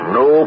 no